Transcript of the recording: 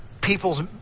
people's